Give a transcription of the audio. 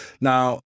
Now